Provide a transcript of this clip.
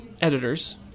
editors